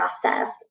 process